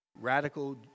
Radical